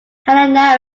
helena